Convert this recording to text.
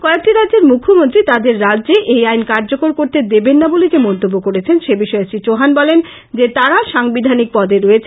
কয়েকটি রাজ্যের মুখ্যমন্ত্রী তাদের রাজ্যে এই আইন কার্যকর করতে দেবেননা বলে যে মন্তব্য করেছেন সেবিষয়ে শ্রী চৌহান বলেন যে তারা সাংবিধানিক পদে রয়েছেন